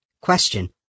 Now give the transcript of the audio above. Question